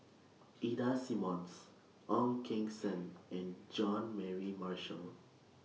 Ida Simmons Ong Keng Sen and Jean Mary Marshall